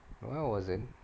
well I wasn't